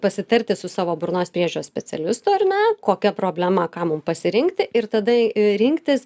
pasitarti su savo burnos priežiūros specialistu ar ne kokia problema ką mum pasirinkti ir tada rinktis